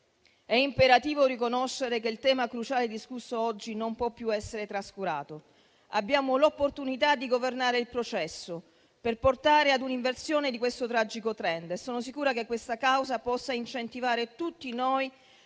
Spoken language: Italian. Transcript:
è imperativo riconoscere che il tema cruciale discusso oggi non può più essere trascurato. Abbiamo l'opportunità di governare il processo per portare ad un'inversione di questo tragico *trend* e sono sicura che questa causa possa incentivare tutti noi